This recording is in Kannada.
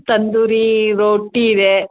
ತಂದೂರೀ ರೋಟಿ ಇದೆ